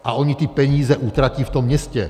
A oni ty peníze utratí v tom městě.